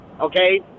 okay